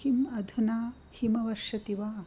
किम् अधुना हिमवर्षति वा